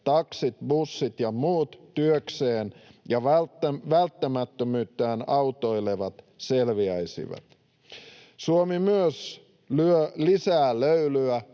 taksit, bussit ja muut työkseen ja välttämättömyyttään autoilevat — selviäisivät. Suomi myös lyö lisää löylyä